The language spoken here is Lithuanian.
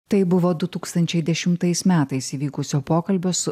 tai buvo du tūkstančiai dešimtais metais įvykusio pokalbio su